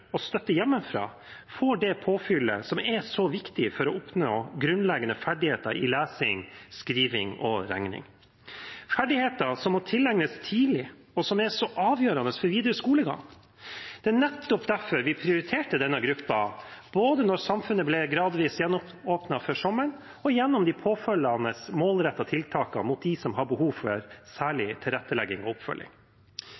og støtte hjemmefra, får det påfyllet som er så viktig for å oppnå grunnleggende ferdigheter i lesing, skriving og regning – ferdigheter som må tilegnes tidlig, og som er så avgjørende for videre skolegang. Det var nettopp derfor vi prioriterte denne gruppen både da samfunnet ble gradvis gjenåpnet før sommeren, og gjennom de påfølgende målrettede tiltakene overfor dem som har behov for